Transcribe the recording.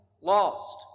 lost